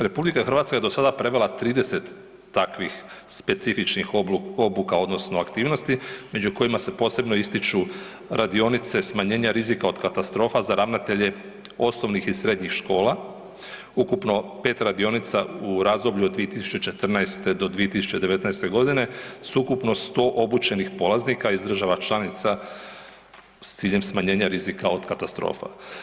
RH je do sada prevela 30 takvih specifičnih obuka odnosno aktivnosti među kojima se posebno ističu radionice smanjenja rizika od katastrofa za ravnatelje osnovnih i srednjih škola, ukupno 5 radionica u razdoblju od 2014. do 219. godine s ukupno 100 obučenih polaznika iz država članica s ciljem smanjenja rizika od katastrofa.